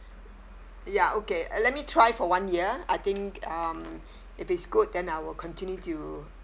ya okay uh let me try for one year I think um if it's good then I will continue to